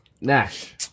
nash